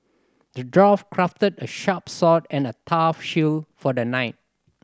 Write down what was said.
the dwarf crafted a sharp sword and a tough shield for the knight